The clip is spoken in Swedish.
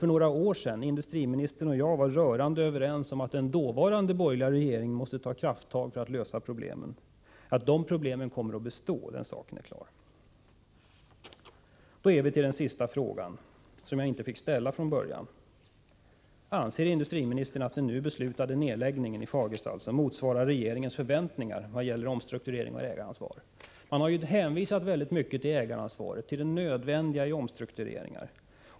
För några år sedan var industriministern och jag rörande överens om att den dåvarande borgerliga regeringen måste ta krafttag för att lösa problemen. Så till den sista frågan, den fråga som jag ursprungligen inte fick ställa: Anser industriministern att den nu beslutade nedläggningen i Fagersta motsvarar regeringens förväntningar vad gäller omstrukturering och ägaransvar? Man har ju i mycket stor utsträckning hänvisat till ägaransvaret, till det nödvändiga i omstruktureringar.